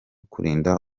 kurinda